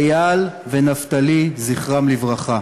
איל ונפתלי זכרם לברכה.